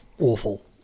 Awful